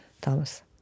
Thomas